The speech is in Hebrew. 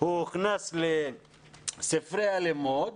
הוא הוכנס לספרי הלימוד,